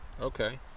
Okay